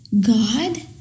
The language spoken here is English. God